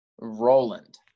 roland